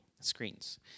screens